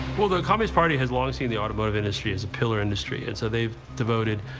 well, the communist party has long seen the automotive industry as a pillar industry. and so they've devoted